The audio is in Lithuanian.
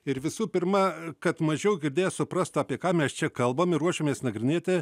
ir visų pirma kad mažiau girdėję suprastų apie ką mes čia kalbam ir ruošiamės nagrinėti